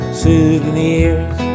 souvenirs